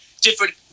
different